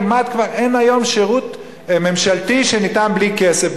כמעט כבר אין היום שירות ממשלתי שניתן בלי כסף,